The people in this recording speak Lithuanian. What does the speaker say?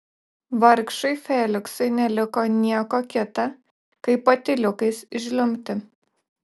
vargšui feliksui neliko nieko kita kaip patyliukais žliumbti